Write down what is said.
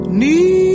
need